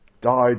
died